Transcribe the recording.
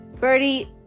Birdie